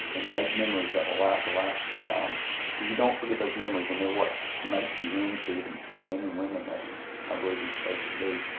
and make memories that will last a lifetime. um cause you don't forget those memories, and they're what make you into the men and women that i believe you're supposed to be.